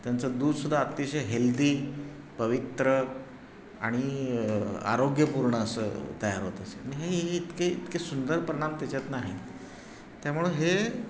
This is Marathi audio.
त्यांचं दूध सुद्धा अतिशय हेल्दी पवित्र आणि आरोग्यपूर्ण असं तयार होत असे हे हे इतके इतके सुंदर परिणाम त्याच्यातून आहेत त्यामुळं हे